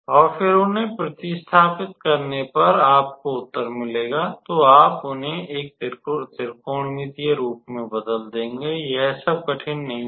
और फिर उन्हें प्र्तिस्थापित करने पर आपको उत्तर मिलेगा तो आप उन्हें एक त्रिकोणमितीय रूप में बदल देंगे यह सब कठिन नहीं है